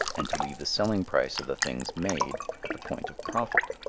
and to leave the selling price of the things made at the point of profit.